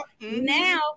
now